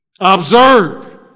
Observe